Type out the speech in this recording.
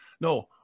No